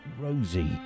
Rosie